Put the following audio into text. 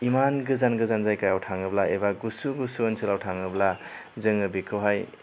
इमान गोजान गोजान जायगायाव थाङोब्ला एबा गुसु गुसु ओनसोलाव थाङोब्ला जोङो बेखौहाय